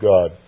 God